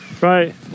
Right